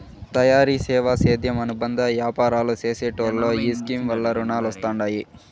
తయారీ, సేవా, సేద్యం అనుబంద యాపారాలు చేసెటోల్లో ఈ స్కీమ్ వల్ల రునాలొస్తండాయి